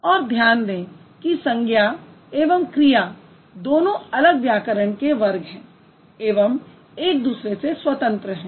और ध्यान दें कि संज्ञा एवं क्रिया दोनों दो अलग व्याकरण के वर्ग हैं एवं एक दूसरे से स्वतंत्र हैं